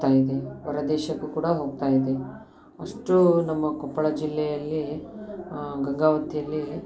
ಹೋಗ್ತಾಯಿದೆ ಹೊರ ದೇಶಕ್ಕು ಕೂಡ ಹೋಗ್ತಾಯಿದೆ ಅಷ್ಟು ನಮ್ಮ ಕೊಪ್ಪಳ ಜಿಲ್ಲೆಯಲ್ಲಿ ಗಂಗಾವತಿಯಲ್ಲಿ